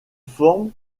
forme